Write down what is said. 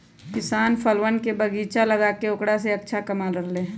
किसान फलवन के बगीचा लगाके औकरा से अच्छा कमा रहले है